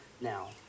now